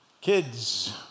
Kids